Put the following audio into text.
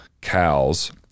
cows